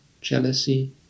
jealousy